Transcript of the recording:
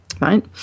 right